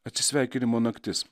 atsisveikinimo naktis